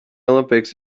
olympics